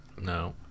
No